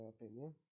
opinion